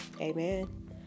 amen